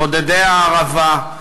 בודדי-הערבה,